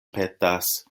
petas